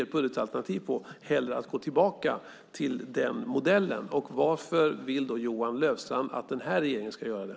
Ert budgetalternativ tyder inte på det. Varför vill då Johan Löfstrand att den här regeringen ska göra det?